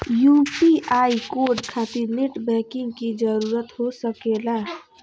UPI code खातिर net banking की जरूरत हो सके ला?